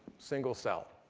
single cell.